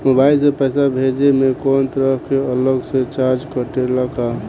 Mobile से पैसा भेजे मे कौनों तरह के अलग से चार्ज कटेला का?